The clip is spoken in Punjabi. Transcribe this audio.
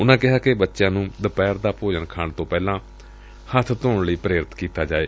ਉਨੂਾ ਕਿਹਾ ਕਿ ਬਚਿਆਂ ਨੂੰ ਦੁਪਹਿਰ ਦਾ ਭੋਜਣ ਖਾਣ ਤੋਂ ਪਹਿਲਾਂ ਹੱਬ ਧੋਣ ਲਈ ਪ੍ਰੇਰਿਤ ਕੀਤਾ ਜਾਏ